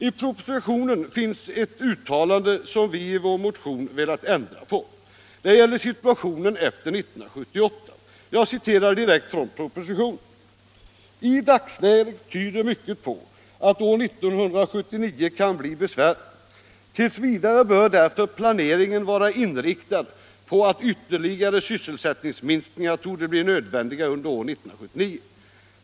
I propositionen finns ett uttalande om situationen efter 1978, vilket vi i vår motion har velat ändra på. Det heter i propositionen: ”I dagsläget tyder mycket på att år 1979 kan bli besvärligt. T. v. bör därför planeringen vara inriktad på att ytterligare sysselsättningsminskningar torde bli nödvändiga under år 1979.